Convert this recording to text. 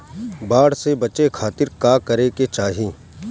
बाढ़ से बचे खातिर का करे के चाहीं?